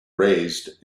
raised